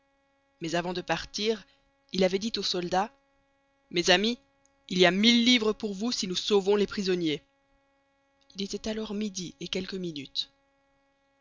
mais avant de partir il avait dit aux soldats mes amis il y a mille livres pour vous si nous sauvons les prisonniers il était alors midi et quelques minutes